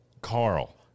carl